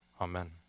Amen